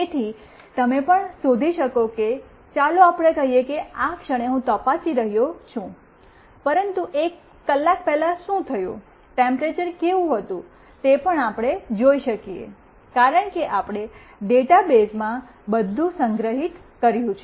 તેથી તમે પણ શોધી શકો કે ચાલો આપણે કહીએ કે આ ક્ષણે હું તપાસી રહ્યો છું પરંતુ એક કલાક પહેલા શું થયું ટેમ્પરેચર કેવું હતું તે પણ આપણે જોઈ શકીએ કારણ કે આપણે ડેટાબેઝમાં બધું સંગ્રહિત કર્યું છે